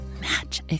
match